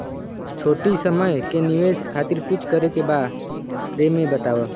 छोटी समय के निवेश खातिर कुछ करे के बारे मे बताव?